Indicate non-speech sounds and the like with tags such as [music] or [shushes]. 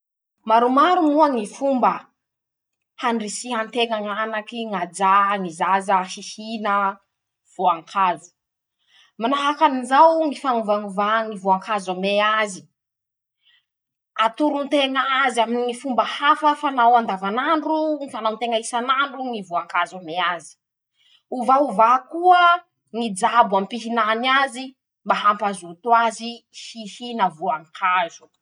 Maromaro moa ñy fomba handrisian-teña ñ'anaky ñ'ajà ñy zaza hihina voankazo: [shushes] Manahaky anizao ñy fañovañovà ñy voankazo omea azy. atoron-teña azy aminy ñy fomba hafa fanao andavanandro ñy fanaon-teña isanandro ñy voanakzo omea azy. [shushes] ovaovà koa ñy jabo ampihinany azy imba hampazoto azy hihina voankazo.